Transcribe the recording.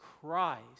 Christ